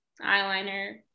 eyeliner